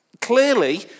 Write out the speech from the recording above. clearly